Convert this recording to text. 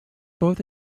both